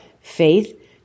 faith